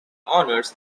honours